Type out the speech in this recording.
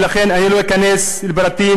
ולכן אני לא אכנס לפרטים,